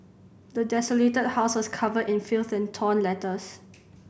the desolated house was covered in filth and torn letters